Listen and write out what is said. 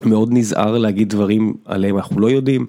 מאוד נזהר להגיד דברים עליהם אנחנו לא יודעים.